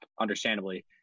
understandably